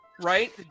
right